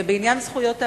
ובעניין זכויות האדם,